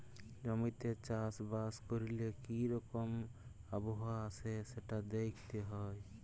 জমিতে চাষ বাস ক্যরলে কি রকম আবহাওয়া আসে সেটা দ্যাখতে হ্যয়